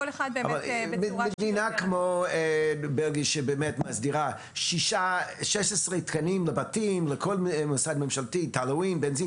במדינה כמו בלגיה שמסדירה 16 תקנים לבתים ולמשרדים ממשלתיים,